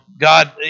God